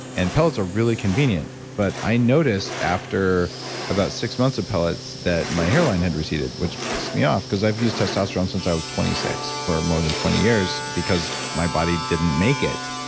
and pellets are really convenient but i noticed after about six months of pellets that my hairline had receded, which pissed me off because i've used testosterone since i was twenty six, for more than twenty years, because my body didn't make it.